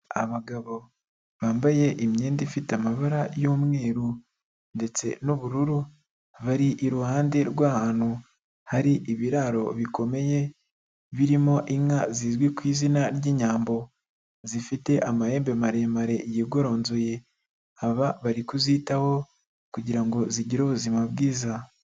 Abagabo bambaye imyenda ifite amabara y'umweru ndetse n'ubururu, bari iruhande rw'ahantu hari ibiraro bikomeye, birimo inka zizwi ku izina ry'inyambo, zifite amahembe maremare yigoronzoye, aba bari kuzitaho kugira ngo zigire ubuzima bwiza.